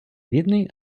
бідний